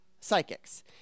psychics